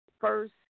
first